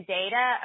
data